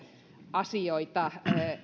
asioita